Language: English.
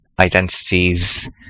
identities